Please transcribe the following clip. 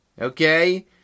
Okay